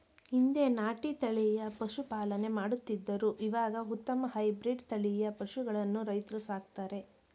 ಹಿಂದೆ ನಾಟಿ ತಳಿಯ ಪಶುಪಾಲನೆ ಮಾಡುತ್ತಿದ್ದರು ಇವಾಗ ಉತ್ತಮ ಹೈಬ್ರಿಡ್ ತಳಿಯ ಪಶುಗಳನ್ನು ರೈತ್ರು ಸಾಕ್ತರೆ